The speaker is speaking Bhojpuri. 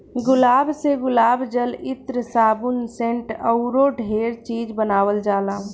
गुलाब से गुलाब जल, इत्र, साबुन, सेंट अऊरो ढेरे चीज बानावल जाला